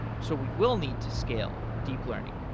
so we will need to scale deep learning.